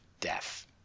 death